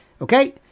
okay